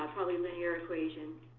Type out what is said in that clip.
ah probably linear equation,